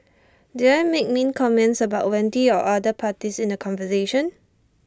did I make mean comments about Wendy or other parties in the conversation